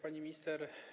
Pani Minister!